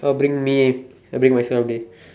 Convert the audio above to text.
I will bring me having myself day